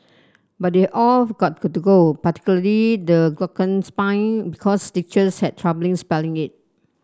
but they're all got go particularly the glockenspiel because teachers had troubling spelling it